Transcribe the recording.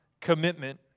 commitment